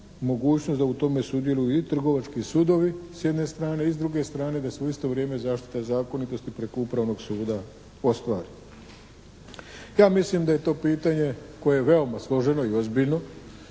da u tome sudjeluju i trgovački sudovi s jedne strane i s druge strane da se u isto vrijeme zaštita zakonitosti preko Upravnog suda ostvari. Ja mislim da je to pitanje koje je veoma složeno i ozbiljno